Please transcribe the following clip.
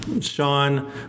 Sean